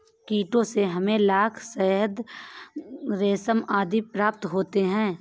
कीटों से हमें लाख, शहद, रेशम आदि प्राप्त होते हैं